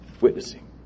witnessing